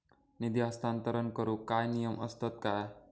निधी हस्तांतरण करूक काय नियम असतत काय?